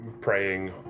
praying